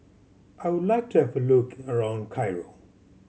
I would like to have a look around Cairo